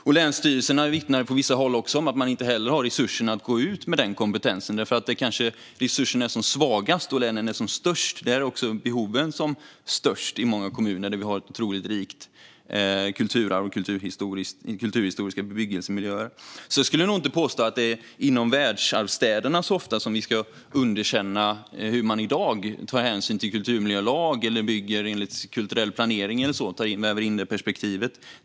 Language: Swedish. Även länsstyrelserna vittnar på vissa håll om att inte heller de har resurserna att gå ut med den kompetensen. Där länen är som störst och resurserna som svagast är kanske också behoven som störst, med många kommuner där vi har ett otroligt rikt kulturarv och kulturhistoriska bebyggelsemiljöer. Jag skulle nog därför inte påstå att det är i världsarvsstäderna som vi ska underkänna hur man i dag tar hänsyn till kulturmiljölag eller bygger enligt kulturell planering och väver in det perspektivet.